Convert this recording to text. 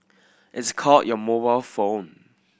it's called your mobile phone